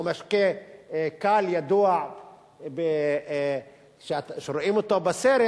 או משקה קל ידוע שרואים אותו בסרט,